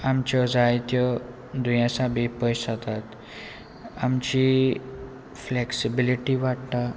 आमच्यो जायत्यो दुयेंसा बी पयस जातात आमची फ्लॅक्सिबिलिटी वाडटा